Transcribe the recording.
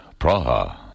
Praha